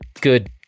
good